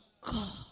God